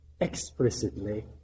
explicitly